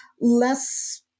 less